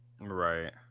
Right